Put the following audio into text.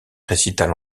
récitals